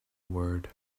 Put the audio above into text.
word